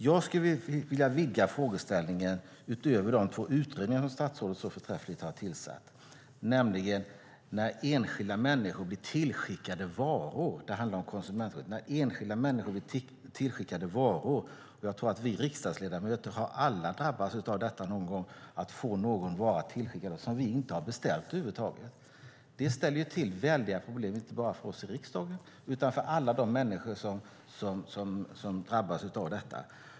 Jag skulle vilja vidga frågeställningen utöver de två utredningar som statsrådet så förtjänstfullt har tillsatt och tala om konsumentskyddet när enskilda människor blir tillskickade varor som de inte har beställt. Jag tror att vi riksdagsledamöter alla någon gång har drabbats av att ha fått oss någon vara tillskickad som vi inte har beställt. Det ställer till väldiga problem, inte bara för oss i riksdagen utan för alla de människor som drabbas av detta.